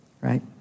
right